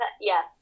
Yes